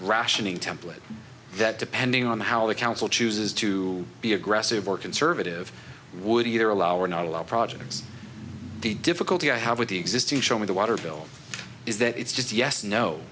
rationing template that depending on how the council chooses to be aggressive or conservative would either allow or not allow projects the difficulty i have with the existing show me the water bill is that it's just yes no